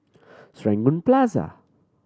Serangoon Plaza